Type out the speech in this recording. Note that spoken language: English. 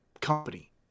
company